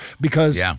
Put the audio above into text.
because-